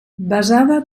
basada